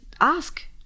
ask